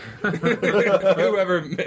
Whoever